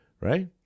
right